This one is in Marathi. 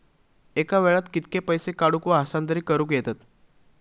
एका वेळाक कित्के पैसे काढूक व हस्तांतरित करूक येतत?